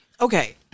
Okay